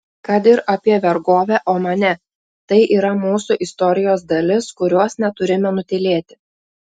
kad ir apie vergovę omane tai yra mūsų istorijos dalis kurios neturime nutylėti